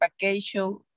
vacation